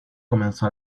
comenzó